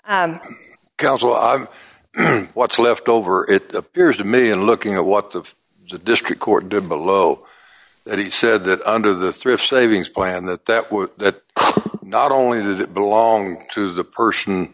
away counsel what's left over it appears to me in looking at what the of the district court did below that he said that under the thrift savings plan that that would that not only does it belong to the person